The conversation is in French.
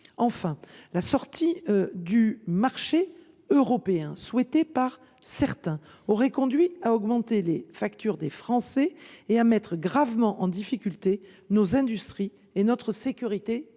La sortie du marché européen, souhaitée par certains, aurait conduit à augmenter les factures des Français et à mettre gravement en difficulté nos industries et notre sécurité